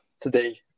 today